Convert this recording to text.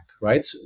right